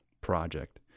project